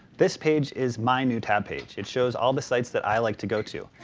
this page is my new tab page. it shows all the sites that i like to go to.